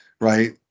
right